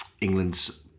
England's